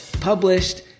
published